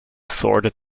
sordid